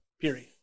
period